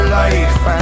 life